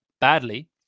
badly